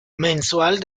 mensual